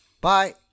Bye